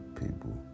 people